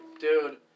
Dude